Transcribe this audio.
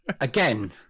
again